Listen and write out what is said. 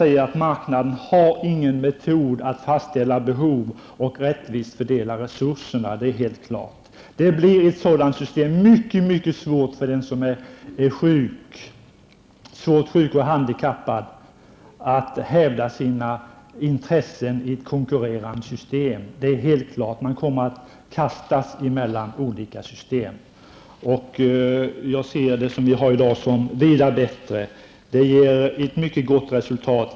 Marknaden har ingen metod för hur man skall fastställa behov och rättvist fördela resurserna. Det är helt klart. I ett sådant konkurrerande system blir det mycket svårt för den som är svårt sjuk och handikappad att hävda sina intressen. Det är helt klart. Man kommer att kastas mellan olika system. Det system som vi har i dag ser jag som vida bättre. Det ger ett mycket gott resultat.